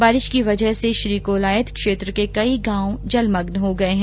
बारिश की वजह से श्रीकोलायत क्षेत्र के कई गांव जलमग्न हो गए है